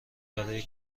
برای